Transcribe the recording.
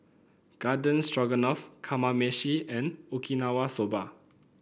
Garden Stroganoff Kamameshi and Okinawa Soba